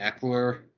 Eckler